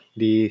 di